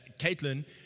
Caitlin